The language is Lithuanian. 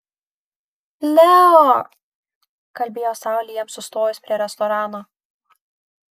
leo kalbėjo saulė jiems sustojus prie restorano